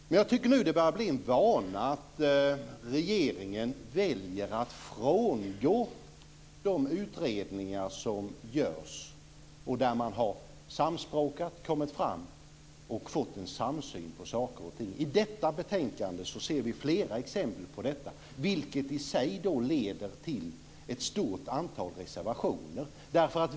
Men jag tycker att det nu börjar bli en vana att regeringen väljer att frångå de utredningar som görs där man har samspråkat och kommit fram till en samsyn på saker och ting. I detta betänkande ser vi flera exempel på detta, vilket i sig leder till ett stort antal reservationer.